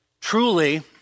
truly